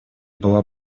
была